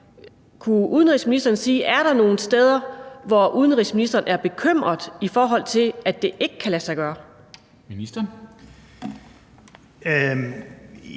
kunne udenrigsministeren så sige, om der er nogen steder, hvor udenrigsministeren er bekymret for, at det ikke kan lade sig gøre?